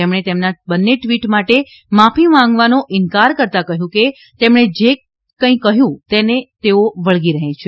તેમણે તેમના બંને ટ્વિટ માટે માફી માંગવાનો ઇનકાર કરતાં કહ્યું કે તેમણે જે કંઇ કહ્યું તેને તેઓ વળગી રહે છે